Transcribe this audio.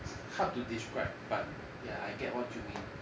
hard to describe but ya I get what you mean